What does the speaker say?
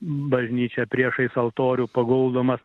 bažnyčią priešais altorių paguldomas